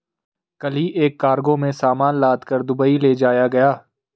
कल ही एक कार्गो में सामान लादकर दुबई ले जाया गया